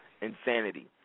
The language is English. insanity